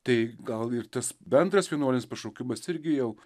tai gal ir tas bendras vienuolinis pašaukimas irgi jau